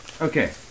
Okay